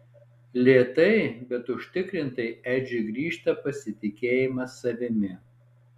lėtai bet užtikrintai edžiui grįžta pasitikėjimas savimi